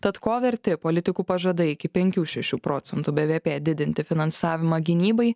tad ko verti politikų pažadai iki penkių šešių procentų bvp didinti finansavimą gynybai